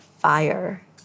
fire